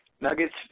Nuggets